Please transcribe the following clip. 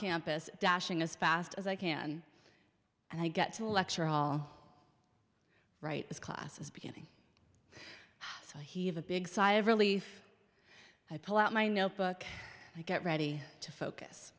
campus dashing as fast as i can i get to a lecture hall right this class is beginning to heave a big sigh of relief i pull out my notebook and get ready to focus